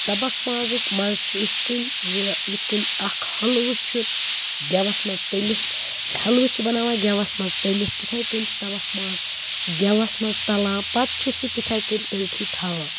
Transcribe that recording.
تَبکھ مازُک مَزٕ چھُ یِتھ کَنۍ زِ یِتھ کَنۍ اَکھ حلوٕ چھُ گٮ۪وَس منٛز تٔلِتھ حٔلوٕ چھِ بَناوان گٮ۪وَس منٛز تٔلِتھ تِتھَے کَنۍ چھِ تَبکھ ماز گٮ۪وَس منٛز تَلان پتہٕ چھُ سُہ تِتھَے کَنۍ تٔلۍتھٕے تھاوان